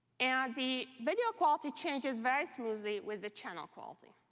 and the video quality changes very smoothly with the channel quality.